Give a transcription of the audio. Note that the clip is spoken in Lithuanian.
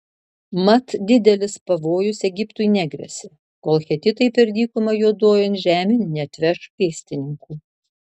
mat didelis pavojus egiptui negresia kol hetitai per dykumą juodojon žemėn neatveš pėstininkų